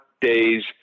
days